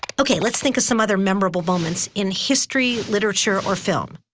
okay, let's think of some other memorable moments in history, literature, or film.